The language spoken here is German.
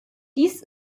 dies